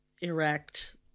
erect